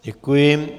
Děkuji.